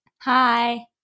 Hi